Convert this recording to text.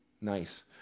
Nice